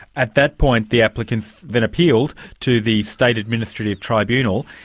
at that point the applicants then appealed to the state administrative tribunal.